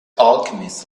alchemist